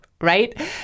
right